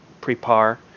Prepar